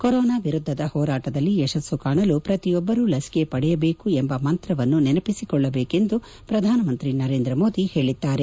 corona ವಿರುದ್ದದ ಹೋರಾಟದಲ್ಲಿ ಯಶಸ್ಸು ಕಾಣಲು ಪ್ರತಿಯೊಬ್ಬರು ಲಸಿಕೆ ಪಡೆಯಬೇಕು ಎಂಬ ಮಂತ್ರವನ್ನು ನೆನಪಿಸಿಕೊಳ್ಳಬೇಕು ಎಂದು ಪ್ರಧಾನಮಂತ್ರಿ ನರೇಂದ್ರ ಮೋದಿ ಹೇಳಿದ್ದಾರೆ